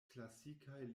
klasikaj